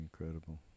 incredible